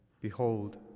Behold